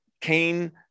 Cain